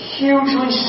hugely